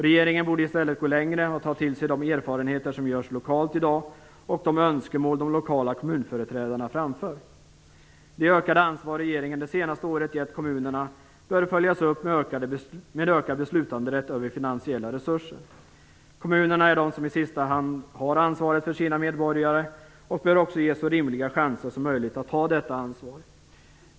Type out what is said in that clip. Regeringen borde i stället gå längre och ta till sig de erfarenheter som görs lokalt i dag, och de önskemål de lokala kommunföreträdarna framför. Det ökade ansvar regeringen det senaste året gett kommunerna bör följas upp med ökad beslutanderätt över finansiella resurser. Kommunerna är de som i sista hand har ansvaret för sina medborgare, och de bör också ges så rimliga chanser som möjligt att ta detta ansvar.